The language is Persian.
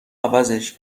عوضش